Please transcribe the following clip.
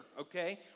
okay